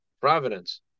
providence